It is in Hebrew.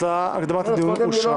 הקדמת הדיון אושרה.